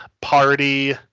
party